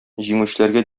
җиңүчеләргә